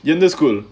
in the school